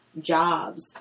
jobs